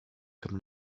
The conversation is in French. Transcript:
comme